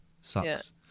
Sucks